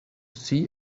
see